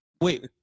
wait